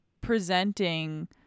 presenting